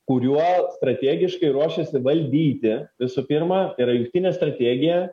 kuriuo strategiškai ruošiasi valdyti visų pirma yra jungtinė strategija